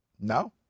No